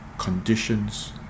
conditions